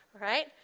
right